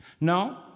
No